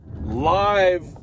live